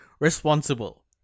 responsible